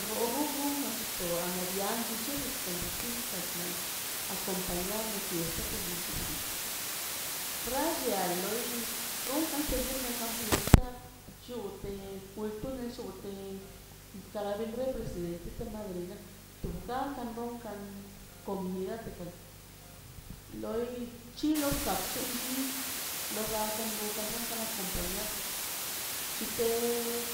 Rrorrun rrunbkaꞌ xto ana dian chichixikan xichinkan naꞌ acompañar ne fiesta tichichin a xall- lia loi runka seguir ne fiesta llute kultur llute kara ben presidente te madriana tuboka rronkan comida teka loi chilor kab chunchi lorraka rronkan acompañar c̱hiteꞌ